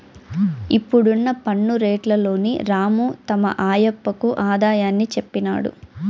ఇప్పుడున్న పన్ను రేట్లలోని రాము తమ ఆయప్పకు ఆదాయాన్ని చెప్పినాడు